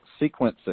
sequencing